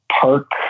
Park